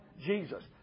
Jesus